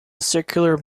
circular